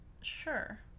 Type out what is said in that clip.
sure